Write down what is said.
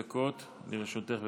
חמש דקות לרשותך,